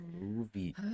movie